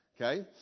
Okay